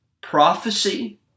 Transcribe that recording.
prophecy